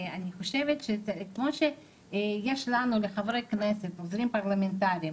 אני חושבת שכמו שיש לנו כחברי כנסת עוזרים פרלמנטריים,